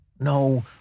no